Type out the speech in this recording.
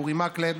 אורי מקלב,